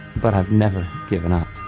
but i've never given up.